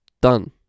done